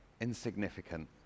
insignificant